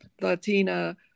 Latina